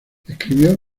escribió